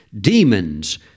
demons